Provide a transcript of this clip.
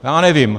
Já nevím.